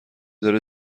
داره